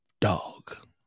dog